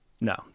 no